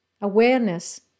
Awareness